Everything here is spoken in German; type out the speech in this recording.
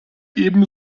eben